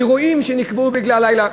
אירועים שנקבעו בגלל שעת הלילה?